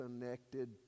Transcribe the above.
connected